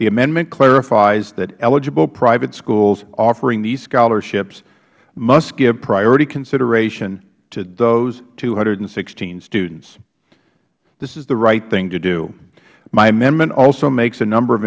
the amendment clarifies that eligible private schools offering these scholarships must give priority consideration to those two hundred and sixteen students this is the right thing to do my amendment also makes a number of